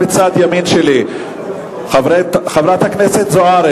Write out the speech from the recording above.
דיברו אתי מארגוני הסביבה, ודיברו אתי מארגוני